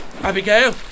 Abigail